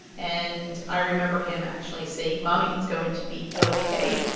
and i remember him actually saying, mommy, it's going to be ok